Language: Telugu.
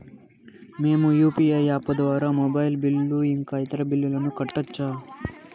మేము యు.పి.ఐ యాప్ ద్వారా మొబైల్ బిల్లు ఇంకా ఇతర బిల్లులను కట్టొచ్చు